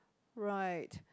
right